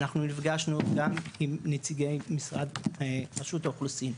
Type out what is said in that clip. אנחנו נפגשנו גם עם נציגי משרד רשות האוכלוסין,